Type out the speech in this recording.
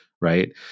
right